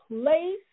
place